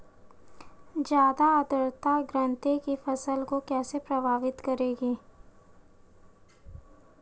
ज़्यादा आर्द्रता गन्ने की फसल को कैसे प्रभावित करेगी?